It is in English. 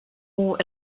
more